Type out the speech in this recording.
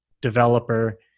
developer